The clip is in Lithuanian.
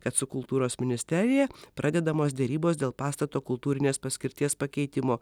kad su kultūros ministerija pradedamos derybos dėl pastato kultūrinės paskirties pakeitimo